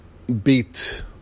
beat